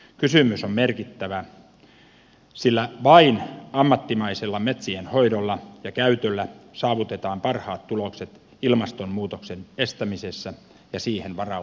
kysymys on merkittävä sillä vain ammattimaisella metsien hoidolla ja käytöllä saavutetaan parhaat tulokset ilmastonmuutoksen estämisessä ja siihen varautumisessa